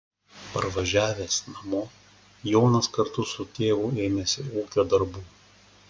parvažiavęs namo jonas kartu su tėvu ėmėsi ūkio darbų